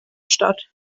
statt